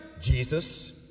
Jesus